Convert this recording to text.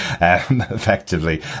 effectively